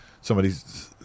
Somebody's